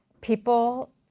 people